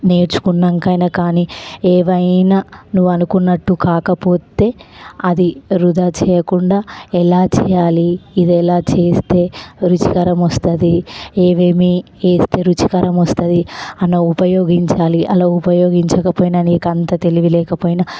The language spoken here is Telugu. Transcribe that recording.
నేర్చుకున్నాక అయినా కానీ ఏవైనా నువు అనుకున్నట్టు కాకపోతే అది వృధా చెయ్యకుండా ఎలా చెయ్యాలి ఇది ఎలా చేస్తే రుచికరం వస్తుంది ఏవేమి వేస్తే రుచికరం వస్తుంది అన్న ఉపయోగించాలి అలా ఉపయోగించకపోయినా నీకు అంత తెలివిలేకపోయినా